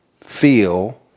feel